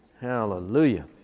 Hallelujah